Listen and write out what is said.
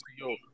Yo